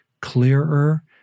clearer